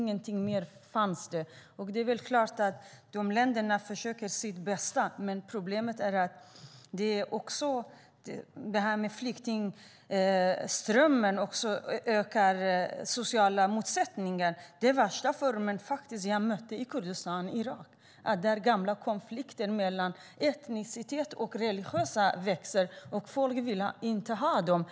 Det fanns ingenting mer. Det är klart att länderna försöker göra sitt bästa. Problemet är att flyktingströmmen också ökar de sociala motsättningarna. Den värsta formen mötte jag faktiskt i Kurdistan i Irak. Där växer gamla konflikter på etniska och religiösa grunder. Människor vill inte ha dem där.